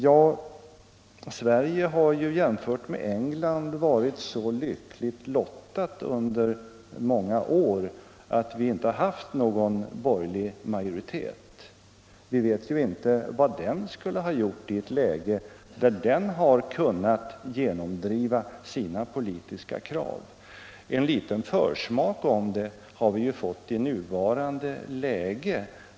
Ja, Sverige har jämfört med England varit så lyckligt lottat under många år att vi inte har haft någon borgerlig majoritet. Vi vet ju inte vad en sådan majoritet skulle ha gjort i ett läge där den hade kunnat genomdriva sina politiska krav, men en liten försmak av det har vi ju fått i nuvarande läge.